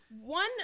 one